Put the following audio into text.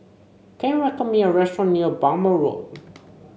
can you recommend me a restaurant near Bhamo Road